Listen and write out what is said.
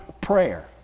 prayer